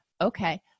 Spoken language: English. Okay